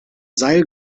seil